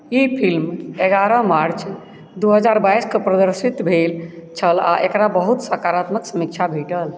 ई film एगारह March दू हजार बाइसके प्रदर्शित भेल छल आओर एकरा बहुत सकारात्मक समीक्षा भेटल